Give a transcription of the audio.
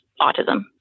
autism